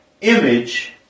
image